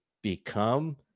become